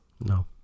No